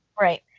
right